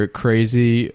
crazy